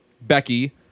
Becky